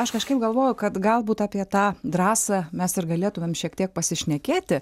aš kažkaip galvoju kad galbūt apie tą drąsą mes ir galėtumėm šiek tiek pasišnekėti